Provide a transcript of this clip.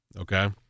Okay